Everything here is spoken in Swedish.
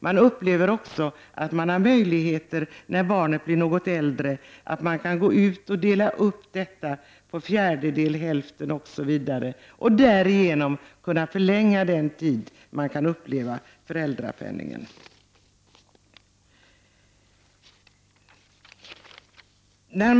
När barnet blir litet äldre har föräldrarna också möjlighet att få ledigt från arbetet till en fjärdedel eller till hälften. De kan alltså på så sätt förlänga föräldraledigheten.